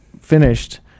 finished